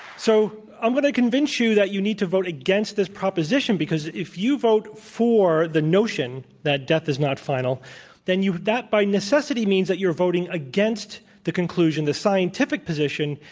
so i'm going to convince you that you need to vote against this proposition because if you vote for the notion that death is not final then you that by necessity means that you are voting against the conclusion, the scientific position,